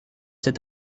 cet